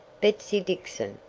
betsy dixon,